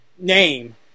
name